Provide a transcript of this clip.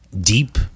deep